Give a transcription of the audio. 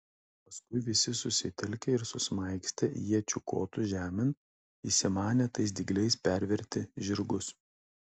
paskui visi susitelkė ir susmaigstė iečių kotus žemėn įsimanę tais dygliais perverti žirgus